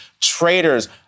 traitors